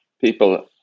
people